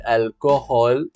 alcohol